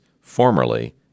formerly